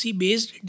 based